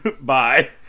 Bye